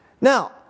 Now